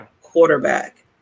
Quarterback